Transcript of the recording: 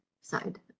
side